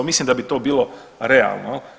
Mislim da bi to bilo realno.